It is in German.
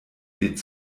lädt